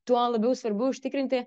tuo labiau svarbu užtikrinti